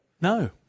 No